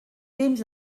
temps